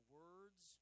words